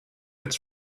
its